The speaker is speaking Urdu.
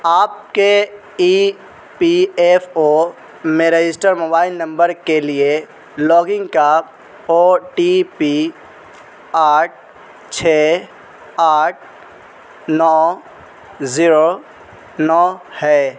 آپ کے ای پی ایف او میں رجسٹر موبائل نمبر کے لیے لاگنگ کا او ٹی پی آٹھ چھ آٹھ نو زیرو نو ہے